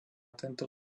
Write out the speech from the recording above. tento